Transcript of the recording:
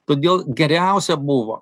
todėl geriausia buvo